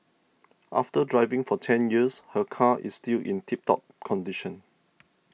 after driving for ten years her car is still in tip top condition